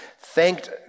thanked